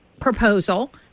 proposal